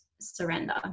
surrender